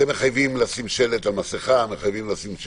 אתם מחייבים לשים שלט על מסיכה וכו'.